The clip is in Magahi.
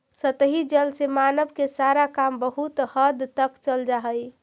सतही जल से मानव के सारा काम बहुत हद तक चल जा हई